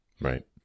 Right